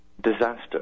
disaster